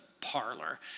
parlor